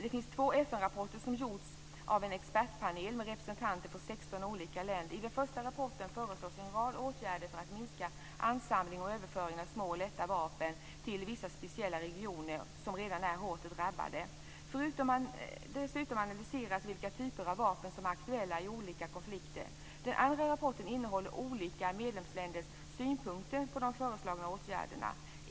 Två FN-rapporter har skrivits av en expertpanel med representanter för 16 olika länder. I den första rapporten föreslås en rad åtgärder för att minska ansamlingen och överföringen av små och lätta vapen till vissa speciella regioner, som redan är hårt drabbade. Dessutom analyseras vilka typer av vapen som är aktuella i olika konflikter. Den andra rapporten innehåller olika medlemsländers synpunkter på de föreslagna åtgärderna.